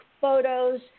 photos